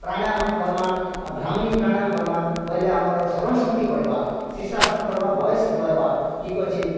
ପ୍ରାଣାୟମ୍ କର୍ମା ଆଉ ଭ୍ରାମିରି ପ୍ରାଣାୟମ୍ କର୍ମା ବେଲେ ଆମର୍ ସ୍ମରଣଶକ୍ତି ବଢ଼୍ବା ଶୀର୍ଷାସନ୍ କର୍ମା ବୟସ୍ ରହେବା ଠିକ୍ ଅଛି